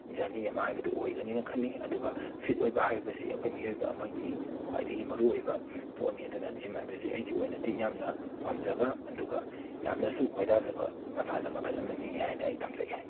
journey ꯑꯃ ꯍꯥꯏꯕꯗꯨ ꯑꯣꯏꯒꯅꯤꯅ ꯈꯜꯂꯤ ꯑꯗꯨꯒ ꯐꯤꯠ ꯑꯣꯏꯕ ꯍꯥꯏꯕꯁꯤ ꯑꯩꯈꯣꯏ ꯃꯤꯑꯣꯏꯕ ꯑꯃꯒꯤ ꯈ꯭ꯋꯥꯏꯗꯒꯤ ꯃꯥꯔꯨꯑꯣꯏꯕ ꯄꯣꯠꯅꯤ ꯑꯗꯨꯅ ꯖꯤꯝ ꯍꯥꯏꯕꯁꯤ ꯑꯩꯒꯤ ꯑꯣꯏꯅꯗꯤ ꯌꯥꯝꯅ ꯄꯥꯝꯖꯕ ꯑꯗꯨꯒ ꯌꯥꯝꯅꯁꯨ ꯈꯣꯏꯗꯥꯖꯕ ꯃꯁꯥꯟꯅ ꯃꯈꯜ ꯑꯃꯅꯤ ꯍꯥꯏꯅ ꯑꯩ ꯊꯝꯖꯒꯦ